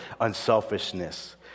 unselfishness